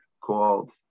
called